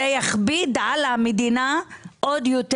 זה יכביד על המדינה עוד יותר.